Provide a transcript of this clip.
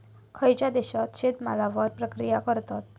खयच्या देशात शेतमालावर प्रक्रिया करतत?